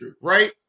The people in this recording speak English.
Right